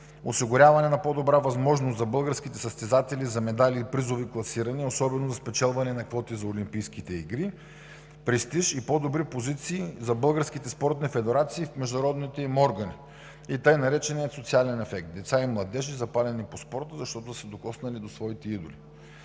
осигуряване на по-добра възможност за българските състезатели за медали и призови класирания, особено за спечелване на квоти за Олимпийските игри; престиж и по-добри позиции за българските спортни федерации в международните им органи и тъй наречения социален ефект, деца и младежи запалени по спорта, защото са се докоснали до своите идоли.